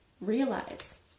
realize